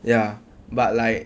ya but like